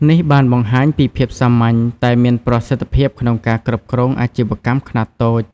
នេះបានបង្ហាញពីភាពសាមញ្ញតែមានប្រសិទ្ធភាពក្នុងការគ្រប់គ្រងអាជីវកម្មខ្នាតតូច។